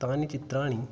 तानि चित्राणि